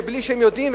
ובלי שהם יודעים,